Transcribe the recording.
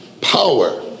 Power